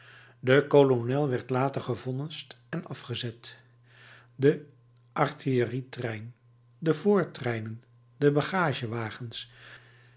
de kolonel werd later gevonnist en afgezet de artillerietrein de voortreinen de bagagewagens